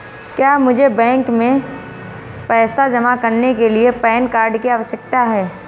क्या मुझे बैंक में पैसा जमा करने के लिए पैन कार्ड की आवश्यकता है?